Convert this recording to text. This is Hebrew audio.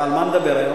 הרי על מה נדבר היום?